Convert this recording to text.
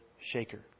shaker